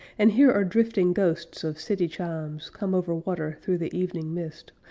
and here are drifting ghosts of city chimes come over water through the evening mist,